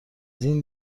این